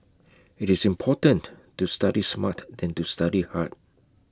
IT is important to study smart than to study hard